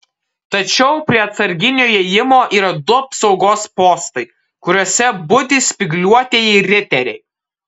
tačiau prie atsarginio įėjimo yra du apsaugos postai kuriuose budi spygliuotieji riteriai